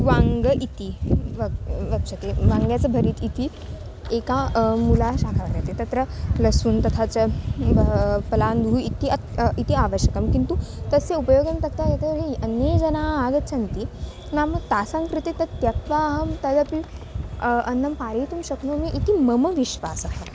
वाङ्ग इति व वक्ष्यते वाङ्गासबरीत् इति एका मूलं शाकं वर्तते तत्र लशुनं तथा च पलाण्डुः इति अत् इति आवश्यकं किन्तु तस्य उपयोगं तत् यतोहि अन्ये जनाः आगच्छन्ति नाम तासां कृते तत् त्यक्त्वा अहं तदपि अन्नं कारयितुं शक्नोमि इति मम विश्वासः